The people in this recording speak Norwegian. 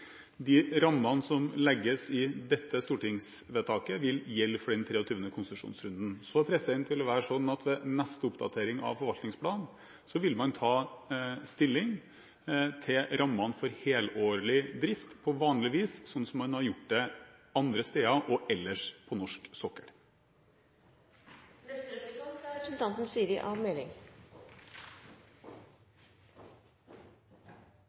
De rammene som legges ved dette stortingsvedtaket, vil gjelde for den 23. konsesjonsrunden. Ved neste oppdatering av forvaltningsplanen vil man ta stilling til rammene for helårlig drift på vanlig vis, sånn som man har gjort det andre steder og ellers på norsk sokkel. Jeg håper at det gikk klart frem av mitt innlegg at Høyre er